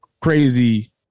crazy